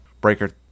Breaker